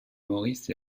maurice